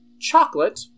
chocolate